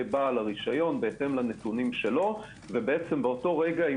בעל הרשיון על פי הנתונים שלו ובאותו רגע,